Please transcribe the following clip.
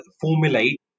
formulate